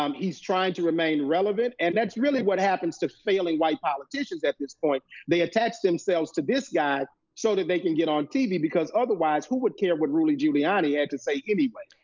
um he's trying to remain relevant, and that's really what happens to failing white politicians at this point. they attach themselves to this guy so that they can get on tv. because otherwise, who would care what rudy giuliani had to say anyway?